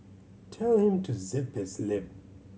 tell him to zip his lip